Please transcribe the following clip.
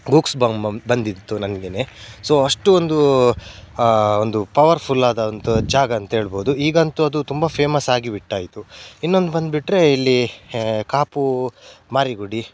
ಗೂಗ್ಸ್ ಬಂಬಮ್ ಬಂದಿತ್ತು ನನ್ಗೆ ಸೊ ಅಷ್ಟು ಒಂದು ಒಂದು ಪವರ್ಫುಲ್ಲಾದಂಥ ಜಾಗ ಅಂತ ಹೇಳ್ಬೋದು ಈಗ ಅಂತು ಅದು ತುಂಬ ಫೇಮಸ್ಸಾಗಿ ಬಿಟ್ಟಾಯಿತು ಇನ್ನೊಂದು ಬಂದುಬಿಟ್ರೆ ಇಲ್ಲಿ ಕಾಪು ಮಾರಿಗುಡಿ